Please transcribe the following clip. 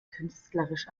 künstlerisch